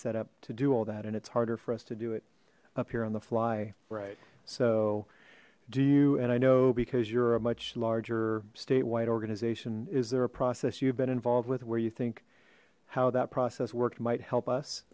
set up to do all that and it's harder for us to do it up here on the fly right so do you and i know because you're a much larger statewide organization is there a process you've been involved with where you think how that process worked might help us